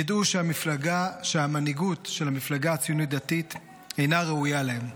ידעו שהמנהיגות של המפלגה ציונות דתית אינה ראויה להם.